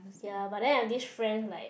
ya but then I have this friend like